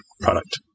product